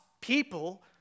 people